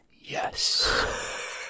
Yes